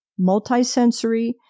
multisensory